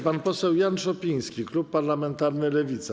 Pan poseł Jan Szopiński, klub parlamentarny Lewica.